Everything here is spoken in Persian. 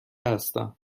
هستم